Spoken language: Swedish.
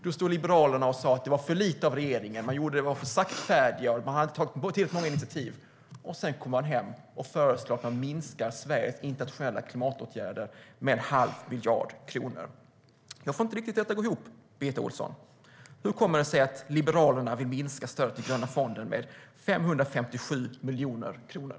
Då stod Liberalerna och sa att det var för lite av regeringen, att man var för saktfärdig och inte hade tagit tillräckligt många initiativ. Men sedan kommer man hem och förespråkar att Sveriges internationella klimatåtgärder ska minska med en halv miljard kronor. Jag får inte riktigt det att gå ihop, Birgitta Ohlsson. Hur kommer det sig att Liberalerna vill minska stödet till Gröna klimatfonden med 557 miljoner kronor?